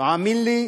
תאמין לי,